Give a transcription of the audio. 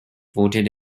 voted